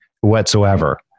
whatsoever